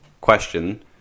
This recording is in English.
question